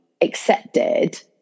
accepted